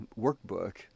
workbook